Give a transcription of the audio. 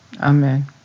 Amen